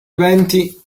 eventi